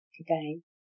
again